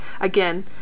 again